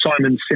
Simon